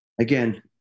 again